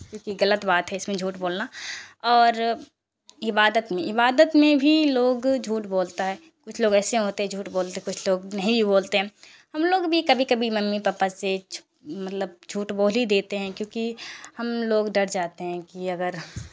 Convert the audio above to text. کیوں کہ غلط بات ہے اس میں جھوٹ بولنا اور عبادت میں عبادت میں بھی لوگ جھوٹ بولتا ہے کچھ لوگ ایسے ہوتے ہیں جھوٹ بولتے کچھ لوگ نہیں بھی بولتے ہم لوگ بھی کبھی کبھی ممی پاپا سے مطلب جھوٹ بول ہی دیتے ہیں کیوں کہ ہم لوگ ڈر جاتے ہیں کہ اگر